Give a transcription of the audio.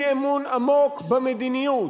אי-אמון עמוק במדיניות,